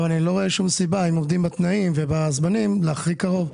אני לא רואה כל סיבה אם עומדים בתנאים ובזמנים להחריג קרוב.